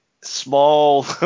small